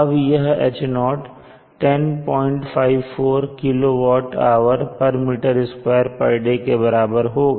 अब यह H0 1054 kWhm2day बराबर होगा